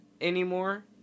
anymore